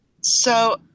So-